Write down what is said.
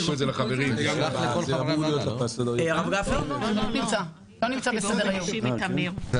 זה